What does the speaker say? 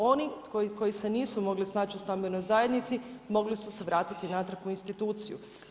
Oni koji se nisu mogli snaći u stambenoj zajednici, mogli su se vratiti natrag u instituciju.